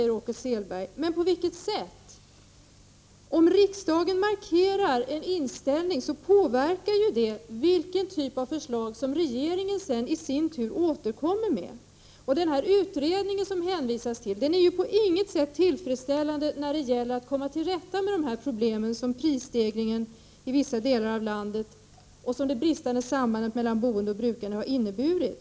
Men, Åke Selberg, på vilket sätt sker det? Om riksdagen markerar en inställning påverkar det i sin tur vilken typ av förslag regeringen återkommer med. Utredningen som det hänvisas till är på inget sätt tillfredsställande när det gäller att komma till rätta med de problem som prisstegringen i vissa delar av landet och det bristande sambandet mellan boende och brukande har inneburit.